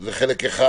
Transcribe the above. זה חלק אחד,